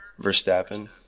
Verstappen